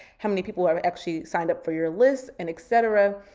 how many people are actually signed up for your list and et cetera.